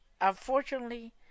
Unfortunately